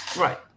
Right